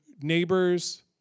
neighbors